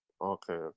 Okay